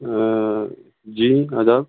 جی آداب